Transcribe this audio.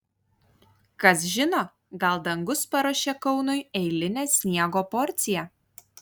kas žino gal dangus paruošė kaunui eilinę sniego porciją